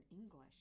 English